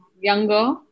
younger